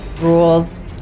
rules